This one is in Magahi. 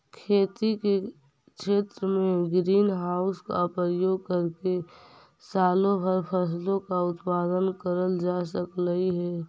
खेती के क्षेत्र में ग्रीन हाउस का प्रयोग करके सालों भर फसलों का उत्पादन करल जा सकलई हे